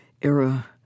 era